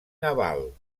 naval